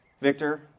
Victor